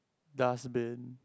dustbin